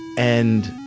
and,